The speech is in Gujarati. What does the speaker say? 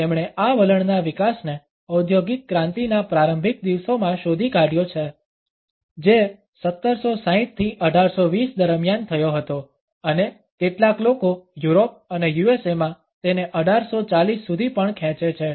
તેમણે આ વલણના વિકાસને ઔદ્યોગિક ક્રાંતિના પ્રારંભિક દિવસોમાં શોધી કાઢ્યો છે જે 1760 થી 1820 દરમિયાન થયો હતો અને કેટલાક લોકો યુરોપ અને યુએસએમાં તેને 1840 સુધી પણ ખેંચે છે